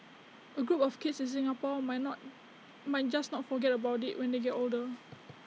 A group of kids in Singapore might not might just not forget about IT when they get older